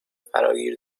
فراگیر